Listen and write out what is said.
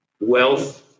wealth